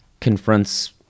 confronts